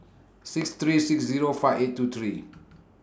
six three six Zero five eight two three